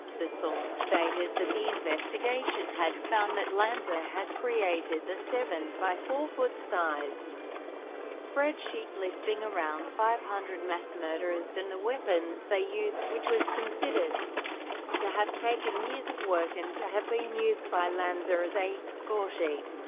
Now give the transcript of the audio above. the source stated that the investigation had found that lanza had created a seven by four foot sized spreadsheet listing around five hundred mass murderers and the weapons they used, which was considered to have taken years of work and to have been used by lanza as a score sheet.